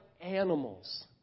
animals